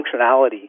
functionality